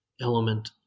element